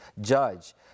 judge